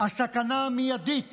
הסכנה המיידית